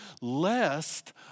lest